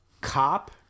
cop